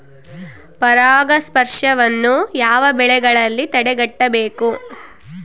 ಪರಾಗಸ್ಪರ್ಶವನ್ನು ಯಾವ ಬೆಳೆಗಳಲ್ಲಿ ತಡೆಗಟ್ಟಬೇಕು?